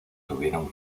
tuvieron